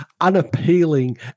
unappealing